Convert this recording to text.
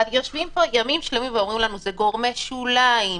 יושבים פה ימים שלמים ואומרים לנו: זה גורמי שוליים,